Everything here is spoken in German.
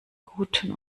guten